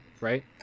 right